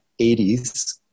80s